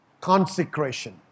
Consecration